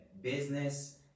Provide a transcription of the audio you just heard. business